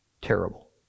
Terrible